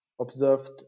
observed